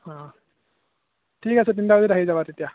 অঁ ঠিক আছে তিনিটা বজাত আহি যাবা তেতিয়া